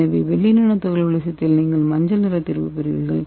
எனவே வெள்ளி நானோ துகள்களின் விஷயத்தில் நீங்கள் மஞ்சள் நிற தீர்வு பெறுவீர்கள்